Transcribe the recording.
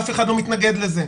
אף אחד לא מתנגד לזה.